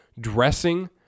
dressing